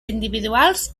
individuals